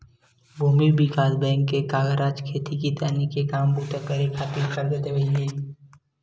भूमि बिकास बेंक के कारज खेती किसानी के काम बूता करे खातिर करजा देवई हे